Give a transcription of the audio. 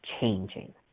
changing